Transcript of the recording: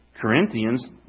Corinthians